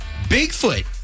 Bigfoot